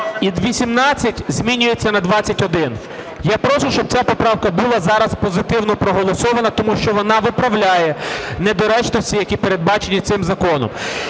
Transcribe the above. і "18" змінюється на "21". Я прошу, щоб ця поправка була зараз позитивно проголосована тому що вона виправляє недоречності, які передбачені цим законом.